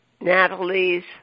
Natalie's